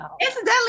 Incidentally